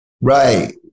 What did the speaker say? Right